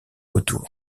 autour